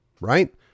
right